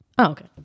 okay